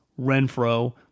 Renfro